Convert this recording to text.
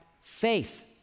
faith